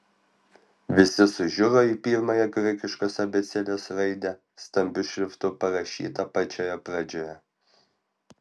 visi sužiuro į pirmąją graikiškos abėcėlės raidę stambiu šriftu parašytą pačioje pradžioje